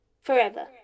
Forever